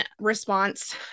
response